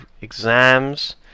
exams